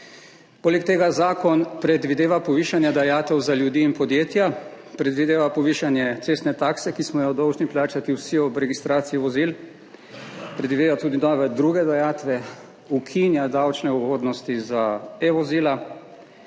Poleg tega zakon predvideva povišanje dajatev za ljudi in podjetja. Predvideva povišanje cestne takse, ki smo jo dolžni plačati vsi ob registraciji vozil, predvideva tudi nove druge dajatve, ukinja davčne ugodnosti za e-vozila.